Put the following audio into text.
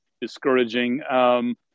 discouraging